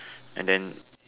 and then